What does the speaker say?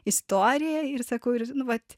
istoriją ir sakau ir nu vat